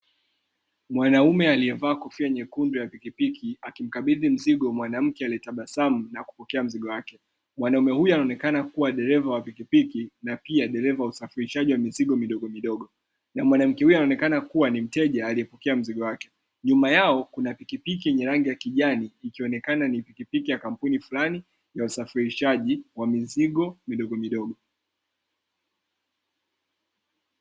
Mwanaume aliyevaa kofia nyekundu ya pikipiki akimkabidhi mzigo mwanamke aliyetabasamu na kupokea mzigo wake. Mwanaume huyu anaonekana kuwa dereva wa pikipiki na pia dereva usafirishaji wa mizigo midogomidogo, na mwanamke huyo anaonekana kuwa ni mteja aliyepokea mzigo wake. Nyuma yao kuna pikipiki yenye rangi ya kijani, ikionekana ni pikipiki ya kampuni fulani ya usafirishaji wa mizigo midogo midogo.